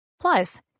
Plus